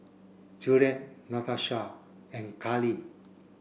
Juliet Natosha and Kali